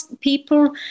people